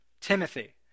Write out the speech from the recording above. Timothy